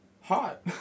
hot